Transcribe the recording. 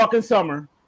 summer